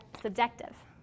subjective